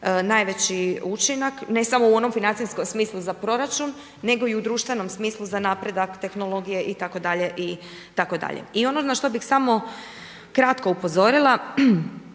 najveći učinak ne samo u onom financijskom smislu za proračun, nego i u društvenom smislu za napredak tehnologije itd. itd. I ono na što bih samo kratko upozorila,